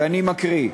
ואני מקריא: